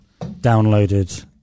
downloaded